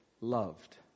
loved